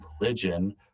religion